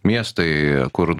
miestai kur